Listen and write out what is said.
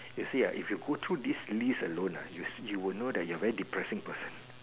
you see ah if you go through this alone ah you you will know that you are very depressing person